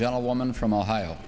gentlewoman from ohio